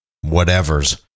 whatever's